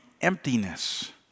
emptiness